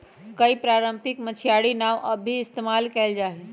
कई पारम्परिक मछियारी नाव अब भी इस्तेमाल कइल जाहई